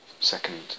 second